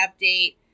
update